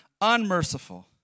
unmerciful